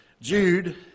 Jude